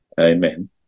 Amen